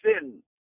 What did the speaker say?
sin